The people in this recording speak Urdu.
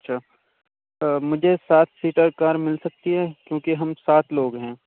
اچھا مجھے سات سیٹر کار مل سکتی ہے کیونکہ ہم سات لوگ ہیں